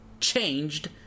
changed